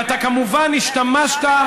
ואתה כמובן השתמשת,